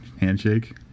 handshake